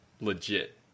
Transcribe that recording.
legit